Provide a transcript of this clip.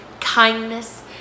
kindness